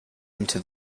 into